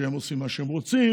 שהם עושים מה שהם רוצים.